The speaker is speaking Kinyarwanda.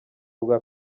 rwa